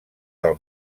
del